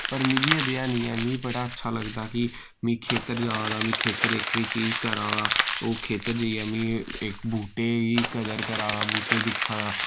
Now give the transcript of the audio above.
पर मिगी एह् देआ नि ऐ मिगी बड़ा अच्छा लगदा कि मि खेत्तर जा दा मि खेत्तर एह्कड़ी चीज करा दा ओ खेत्तर जाइयै मि इक बूह्टे गी कदर करा दा बूह्टे दिक्खा दा